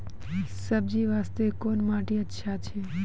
सब्जी बास्ते कोन माटी अचछा छै?